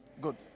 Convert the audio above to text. Good